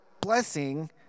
blessing